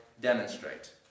demonstrate